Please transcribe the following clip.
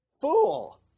fool